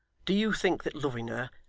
do you think that, loving her,